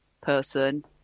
person